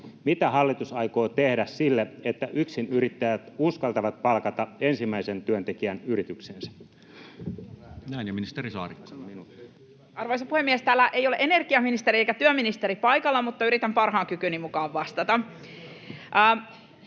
mitä hallitus aikoo tehdä sille, että yksinyrittäjät uskaltavat palkata ensimmäisen työntekijän yritykseensä? Näin. — Ja ministeri Saarikko. Arvoisa puhemies! Täällä ei ole energiaministeri eikä työministeri paikalla, mutta yritän parhaan kykyni mukaan vastata.